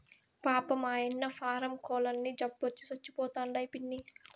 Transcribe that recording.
పాపం, ఆయన్న పారం కోల్లన్నీ జబ్బొచ్చి సచ్చిపోతండాయి పిన్నీ